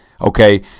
Okay